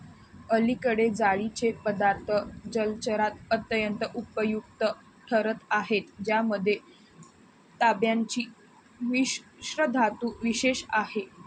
अलीकडे जाळीचे पदार्थ जलचरात अत्यंत उपयुक्त ठरत आहेत ज्यामध्ये तांब्याची मिश्रधातू विशेष आहे